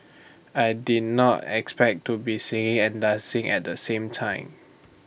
I did not expect to be singing and dancing at the same time